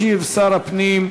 ישיב שר הפנים,